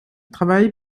travail